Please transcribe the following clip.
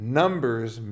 numbers